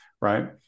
right